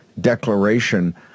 declaration